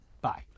Bye